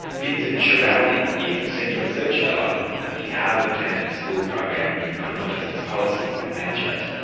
vincent schiraldi is a senior research fellow at the harvard kennedy school program in criminal justice policy and management.